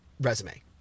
resume